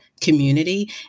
community